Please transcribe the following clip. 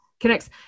connects